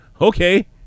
Okay